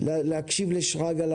אלא להקשיב לרעיון של שרגא,